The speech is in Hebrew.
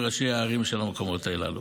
עם ראשי הערים של המקומות הללו.